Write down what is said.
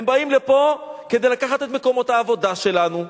הם באים לפה כדי לקחת את מקומות העבודה שלנו,